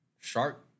Shark